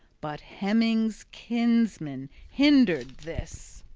but hemming's kinsman hindered this.